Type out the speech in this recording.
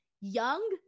young